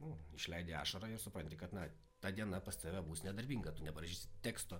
nu išleidi ašarą ir supranti kad na ta diena pas tave bus nedarbinga tu neparašysi teksto